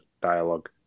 dialogue